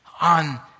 on